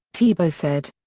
tebow said.